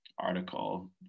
article